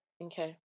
Okay